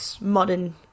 modern